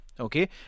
Okay